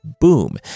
boom